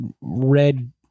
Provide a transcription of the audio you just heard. red